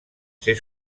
ser